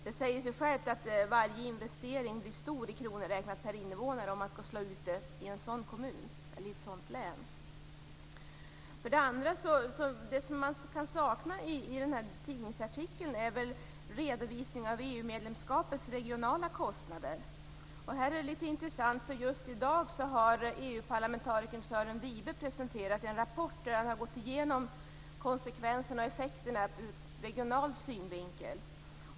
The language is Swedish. Det säger sig självt att varje investering blir stor i kronor räknat per invånare om man skall slå ut det i en sådan kommun eller i ett sådant län. För det andra saknar man i tidningsartikeln en redovisning av EU-medlemskapets regionala kostnader. Detta är litet intressant eftersom EU-parlamentarikern Sören Wibe just i dag har presenterat en rapport där han har gått igenom konsekvenserna och effekterna ur regional synvinkel.